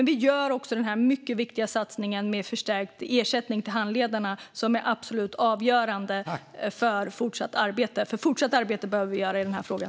Vi gör också den mycket viktiga satsningen med förstärkt ersättning till handledarna, som är absolut avgörande för fortsatt arbete. Vi behöver göra ett fortsatt arbete i den här frågan.